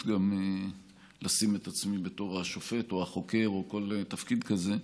גם לשים את עצמי בתור השופט או החוקר או כל תפקיד כזה.